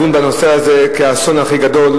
לדון בנושא הזה כאסון הכי גדול,